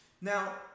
Now